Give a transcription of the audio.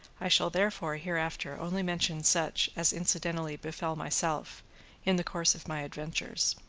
i shall therefore hereafter only mention such as incidentally befel myself in the course of my adventures.